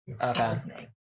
Okay